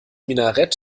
minarett